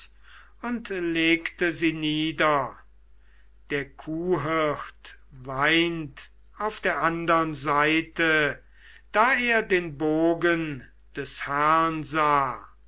und legte sie nieder der kuhhirt weint auf der andern seite da er den bogen des herrn sah